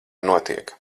notiek